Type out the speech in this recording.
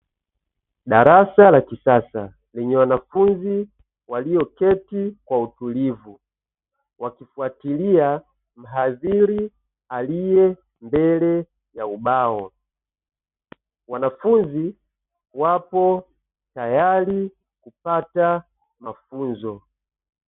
Darasa la kisasa lenye wanafunzi walioketi kwa utulivu wakifuatilia mhadhiri aliye mbele ya ubao, wanafunzi wapo tayari kupata mafunzo.